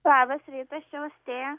labas rytas čia austėja